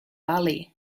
ali